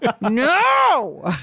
no